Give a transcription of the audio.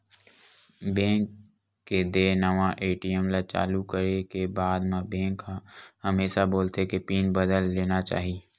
bank के देय नवा ए.टी.एम ल चालू करे के बाद म बेंक ह हमेसा बोलथे के पिन बदल लेना चाही